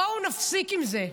בואו נפסיק עם זה.